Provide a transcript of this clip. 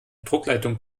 druckleitung